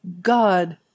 God